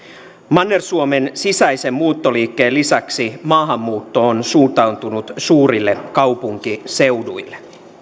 manner suomen sisäisen muuttoliikkeen lisäksi maahanmuutto on suuntautunut suurille kaupunkiseuduille